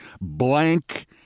Blank